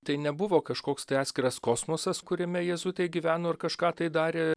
tai nebuvo kažkoks tai atskiras kosmosas kuriame jėzuitai gyveno ir kažką tai darė